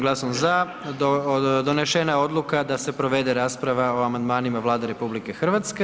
glasom za donešena je odluka da se provede rasprava o amandmanima Vlade RH.